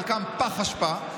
חלקם פח אשפה,